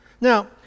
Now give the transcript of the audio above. Now